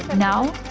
now,